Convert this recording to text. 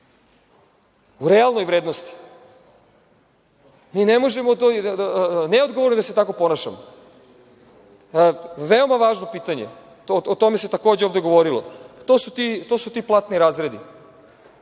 u realnoj vrednosti. Mi, neodgovorno je da se tako ponašamo. Veoma važno pitanje, o tome se takođe ovde govorilo, to su ti platni razredi.